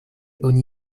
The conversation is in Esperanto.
oni